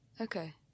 Okay